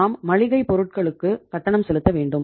நாம் மளிகை பொருட்களுக்கு கட்டணம் செலுத்த வேண்டும்